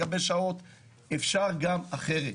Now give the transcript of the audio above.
אפשר גם אחרת.